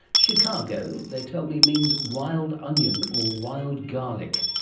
chicago they tell me means wild onion or wild garlic.